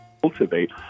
cultivate